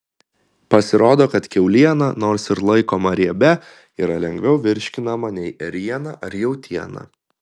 pasirodo kad kiauliena nors ir laikoma riebia yra lengviau virškinama nei ėriena ar jautiena